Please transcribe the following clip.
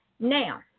Now